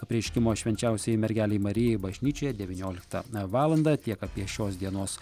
apreiškimo švenčiausiajai mergelei marijai bažnyčioje devynioliktą valandą tiek apie šios dienos